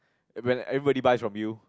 when everybody buy from you